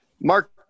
mark